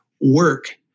work